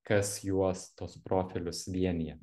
kas juos tuos profilius vienija